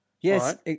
yes